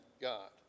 God